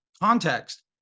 context